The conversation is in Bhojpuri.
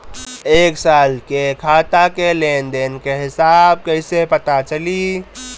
एक साल के खाता के लेन देन के हिसाब कइसे पता चली?